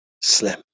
slim